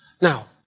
Now